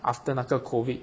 after 那个 COVID